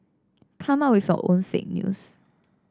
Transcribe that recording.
come up with your own fake news